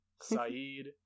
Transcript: saeed